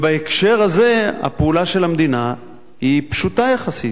בהקשר הזה, הפעולה של המדינה היא פשוטה יחסית.